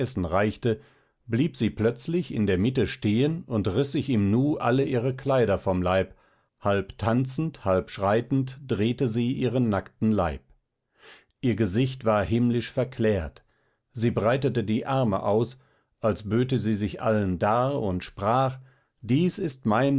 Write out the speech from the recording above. reichte blieb sie plötzlich in der mitte stehen und riß sich in nu alle ihre kleider vom leib halb tanzend halb schreitend drehte sie ihren nackten leib ihr gesicht war himmlisch verklärt sie breitete die arme aus als böte sie sich allen dar und sprach dies ist mein